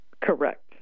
Correct